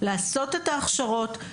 לעשות את ההכשרות,